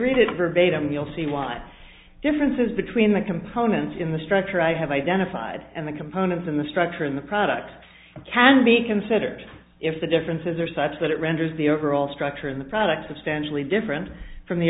read it verbatim you'll see why differences between the components in the structure i have identified and the components in the structure in the product can be considered if the differences are such that it renders the overall structure in the product substantially different from the